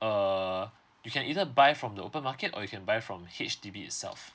err you can either buy from the open market or you can buy from H_D_B itself